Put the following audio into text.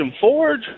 Forge